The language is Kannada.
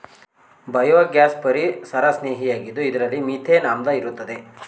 ಬಯೋಗ್ಯಾಸ್ ಪರಿಸರಸ್ನೇಹಿಯಾಗಿದ್ದು ಇದರಲ್ಲಿ ಮಿಥೇನ್ ಆಮ್ಲ ಇರುತ್ತದೆ